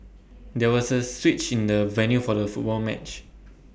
there was A switch in the venue for the football match